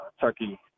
Turkey